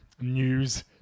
news